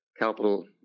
capital